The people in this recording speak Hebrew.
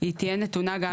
היא תהיה נתונה גם